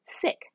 sick